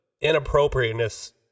Inappropriateness